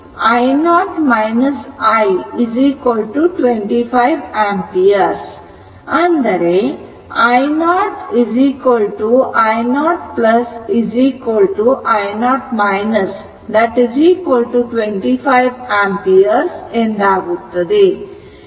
ಹಾಗಾಗಿ i0 I 25 ampere ಅಂದರೆ i0 i0 i0 25 ampere ಆಗುತ್ತದೆ